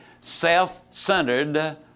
self-centered